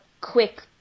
quick